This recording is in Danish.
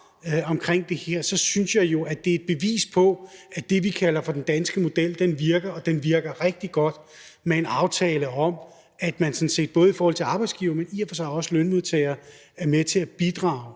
er indgået den 14. januar om det her, er et bevis på, at det, vi kalder for den danske model, virker, og at den virker rigtig godt. Det er en aftale om, at både arbejdsgiverne, men i og for sig også lønmodtagerne er med til at bidrage